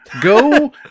Go